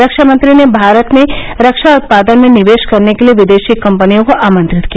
रक्षामंत्री ने भारत में रक्षा उत्पादन में निवेश करने के लिए विदेशी कंपनियों को आमंत्रित किया